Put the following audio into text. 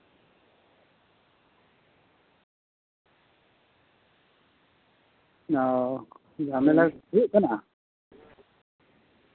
ᱚ ᱡᱷᱟᱢᱮᱞᱟ ᱦᱩᱭᱩᱜ ᱠᱟᱱᱟ